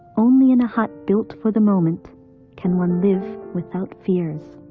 only in a hut built for the moment can one live without fears.